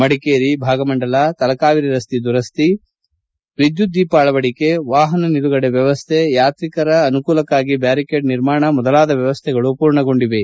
ಮಡಿಕೇರಿ ಭಾಗಮಂಡಲ ತಲಕಾವೇರಿ ರಸ್ತೆ ದುರಶ್ತಿ ವಿದ್ಯುತ್ ದೀಪ ಅಳವಡಿಕೆ ವಾಹನ ನಿಲುಗಡೆ ವ್ಯವಸ್ಥೆ ಯಾತ್ರಿಕರ ಅನುಕೂಲಕ್ಷಾಗಿ ಬ್ಬಾರಿಕೇಡ್ ನಿರ್ಮಾಣ ಮೊದಲಾದ ವ್ಯವಸ್ಥೆಗಳು ಮೂರ್ಣಗೊಂಡಿವೆ